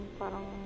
parang